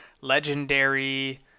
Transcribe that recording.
legendary